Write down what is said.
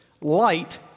light